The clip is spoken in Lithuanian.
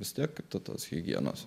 sektos higienos